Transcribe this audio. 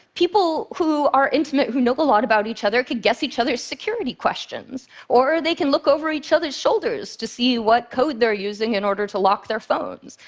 people who are intimate, who know a lot about each other, can guess each other's security questions. or they can look over each other's shoulders to see what code they're using in order to lock their phones.